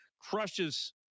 crushes